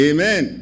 Amen